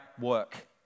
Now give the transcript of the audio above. work